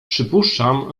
przypuszczam